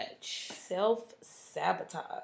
Self-sabotage